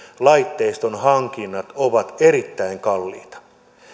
laitteiston hankinnat ovat erittäin kalliita